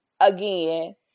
Again